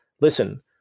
Listen